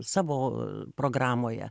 savo programoje